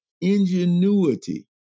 ingenuity